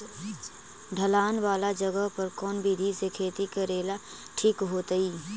ढलान वाला जगह पर कौन विधी से खेती करेला ठिक होतइ?